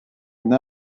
une